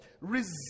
resist